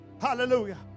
hallelujah